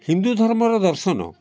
ହିନ୍ଦୁ ଧର୍ମର ଦର୍ଶନ